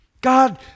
God